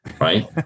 right